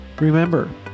Remember